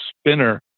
spinner